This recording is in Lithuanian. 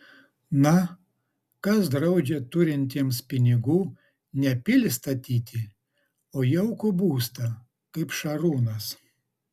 na kas draudžia turintiems pinigų ne pilį statyti o jaukų būstą kaip šarūnas